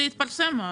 להתפרסם.